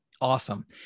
Awesome